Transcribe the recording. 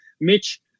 Mitch